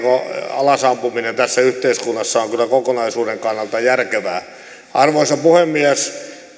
alasampuminen tässä yhteiskunnassa on kyllä kokonaisuuden kannalta järkevää arvoisa puhemies